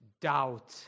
Doubt